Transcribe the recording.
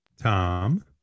Tom